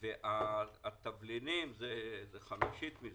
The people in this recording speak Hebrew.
והתבלינים חמישית מזה,